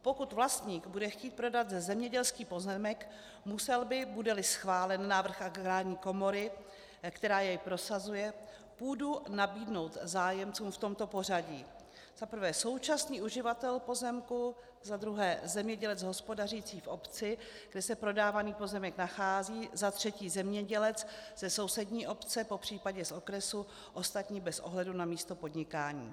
Pokud vlastník bude chtít prodat zemědělský pozemek, musel by, budeli schválen návrh Agrární komory, která jej prosazuje, půdu nabídnout zájemcům v tomto pořadí: za prvé současný uživatel pozemku, za druhé zemědělec hospodařící v obci, kde se prodávaný pozemek nachází, za třetí zemědělec ze sousední obce, popřípadě z okresu, ostatní bez ohledu na místo podnikání.